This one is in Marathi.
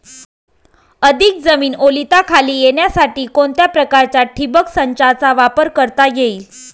अधिक जमीन ओलिताखाली येण्यासाठी कोणत्या प्रकारच्या ठिबक संचाचा वापर करता येईल?